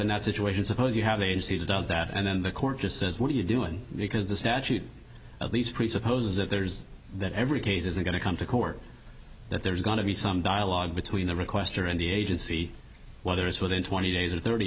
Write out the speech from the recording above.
in that situation suppose you have agency does that and then the court just says what are you doing because the statute at least presupposes that there's that every case is going to come to court that there's going to be some dialogue between the requester and the agency while there is within twenty days or thirty